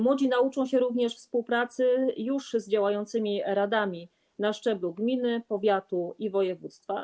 Młodzi nauczą się również współpracy z działającymi już radami na szczeblu gminy, powiatu i województwa.